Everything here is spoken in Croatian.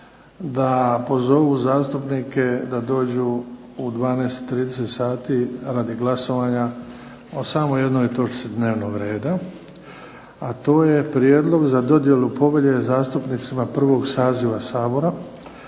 da pozovu zastupnike da dođu u 12,30 sati radi glasovanja o samo jednoj točki dnevnog reda, a to je Prijedlog za dodjelu povelje zastupnicima prvog saziva Sabora,